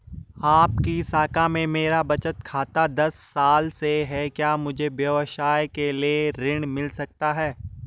आपकी शाखा में मेरा बचत खाता दस साल से है क्या मुझे व्यवसाय के लिए ऋण मिल सकता है?